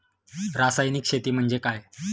रासायनिक शेती म्हणजे काय?